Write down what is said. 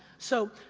so,